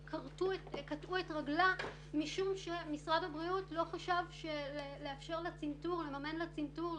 שקטעו את רגלה משום שמשרד הבריאות לא חשב לממן לה צנתור,